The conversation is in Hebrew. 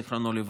זיכרונו לברכה.